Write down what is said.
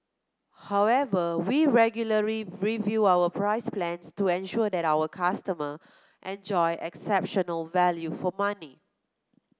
however we regularly review our price plans to ensure that our customer enjoy exceptional value for money